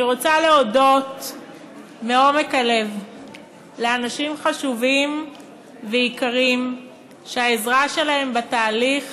אני רוצה להודות מעומק הלב לאנשים חשובים ויקרים שהעזרה שלהם בתהליך